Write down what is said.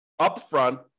upfront